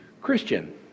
Christian